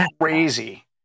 crazy